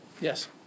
Yes